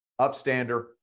upstander